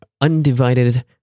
undivided